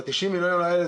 ה-90 מיליון האלה,